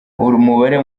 umubare